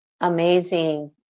amazing